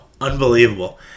Unbelievable